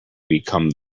become